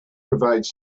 provides